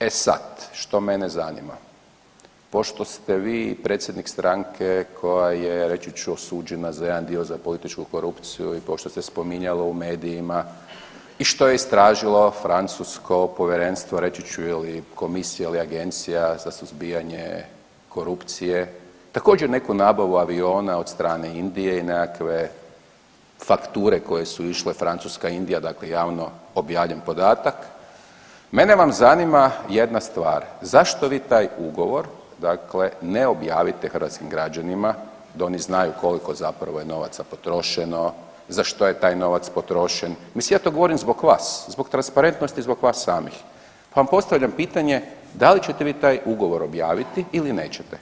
E sad, što mene zanima, pošto ste vi predsjednik stranke koja je reći ću osuđena za jedan dio za političku korupciju i kao što se spominjalo u medijima i što je istražilo francusko povjerenstvo reći ću ili komisija ili agencija za suzbijanje korupcije također neku nabavu aviona od strane Indije i nekakve fakture koje su išle Francuska – Indija dakle javno objavljen podatak, mene vam zanima jedna stvar, zašto vi taj ugovor dakle ne objavite hrvatskim građanima da oni znaju koliko zapravo je novaca potrošeno, za što je taj novac potrošen, mislim ja to govorim zbog vas, zbog transparentnosti zbog vas samih pa vam postavljam pitanje da li ćete vi taj ugovor objaviti ili nećete.